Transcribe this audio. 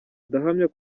ndahamya